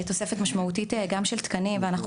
תוספת משמעותית גם של תקנים ואנחנו